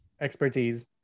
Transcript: expertise